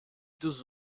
dos